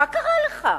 מה קרה לך?